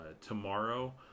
tomorrow